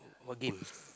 again